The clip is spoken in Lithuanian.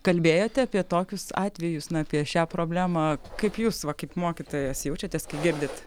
kalbėjote apie tokius atvejus na apie šią problemą kaip jūs va kaip mokytojas jaučiatės kai girdit